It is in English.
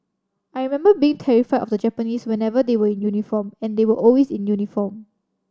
I remember being terrified of the Japanese whenever they were in uniform and they were always in uniform